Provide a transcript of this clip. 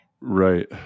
Right